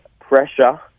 pressure